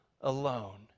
alone